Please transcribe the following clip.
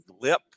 lip